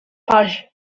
paź